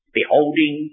beholding